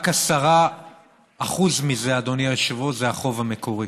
רק 10% מזה, אדוני היושב-ראש, זה החוב המקורי,